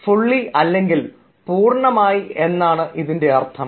fully അല്ലെങ്കിൽ പൂർണമായത് എന്നാണ് ഇതിൻറെ അർത്ഥം